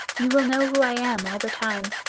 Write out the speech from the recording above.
you will know who i am all the time,